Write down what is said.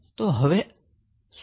હવે આપણે શું કરવું જોઈએ